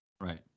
right